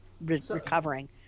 recovering